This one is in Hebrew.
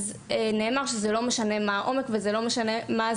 נאמר לנו שזה לא משנה מה העומק ומה הזמן